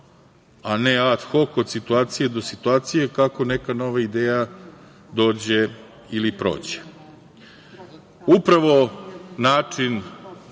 a ne ad hok od situacije do situacije kako neka nova ideja dođe ili prođe. Upravo način